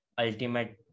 ultimate